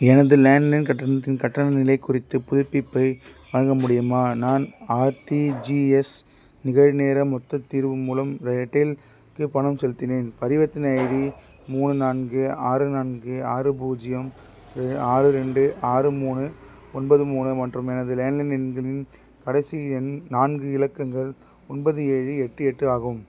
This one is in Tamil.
எனது லேண்ட்லைன் கட்டணத்தின் கட்டண நிலை குறித்த புதுப்பிப்பை வழங்க முடியுமா நான் ஆர்டிஜிஎஸ் நிகழ்நேர மொத்த தீர்வு மூலம் ரெயில்டெல்லுக்கு பணம் செலுத்தினேன் பரிவர்த்தனை ஐடி மூணு நான்கு ஆறு நான்கு ஆறு பூஜ்ஜியம் இது ஆறு ரெண்டு ஆறு மூணு ஒன்பது மூணு மற்றும் எனது லேண்ட்லைன் எண்ணின் கடைசி எண் நான்கு இலக்கங்கள் ஒன்பது ஏழு எட்டு எட்டு ஆகும்